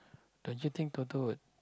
don't you think Toto would